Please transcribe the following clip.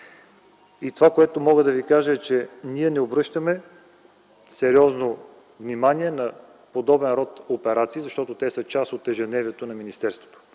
И това, което мога да Ви кажа, е, че ние не обръщаме сериозно внимание на подобен род операции, защото те са част от ежедневието на министерството.